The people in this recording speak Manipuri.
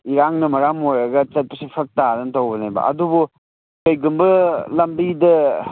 ꯏꯔꯥꯡꯅ ꯃꯔꯝ ꯑꯣꯏꯔꯒ ꯆꯠꯄꯁꯦ ꯐꯔꯛ ꯇꯥꯗꯅ ꯇꯧꯕꯅꯦꯕ ꯑꯗꯨꯕꯨ ꯀꯩꯒꯨꯝꯕ ꯂꯃꯕꯤꯗ